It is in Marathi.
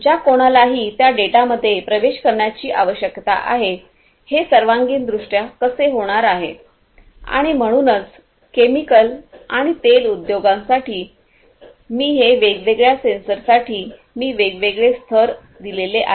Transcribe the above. ज्या कोणालाही त्या डेटामध्ये प्रवेश करण्याची आवश्यकता आहे हे सर्वांगीणदृष्ट्या हे कसे होणार आहे आणि म्हणूनच केमिकल आणि तेल उद्योगासाठी मी हे वेगवेगळ्या सेन्सरसाठी मी वेगवेगळे स्तर दिले आहेत